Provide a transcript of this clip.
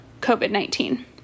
COVID-19